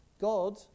God